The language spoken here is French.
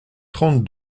trente